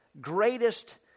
greatest